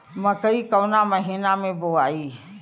मकई कवना महीना मे बोआइ?